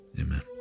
amen